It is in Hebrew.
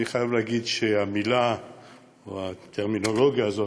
אני חייב לומר שהמילה או הטרמינולוגיה הזאת,